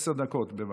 עשר דקות, בבקשה.